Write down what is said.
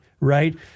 Right